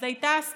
אז הייתה הסכמה